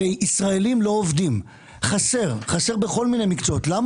הרציונל המקצועי למתן האגרה היה העלויות